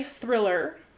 thriller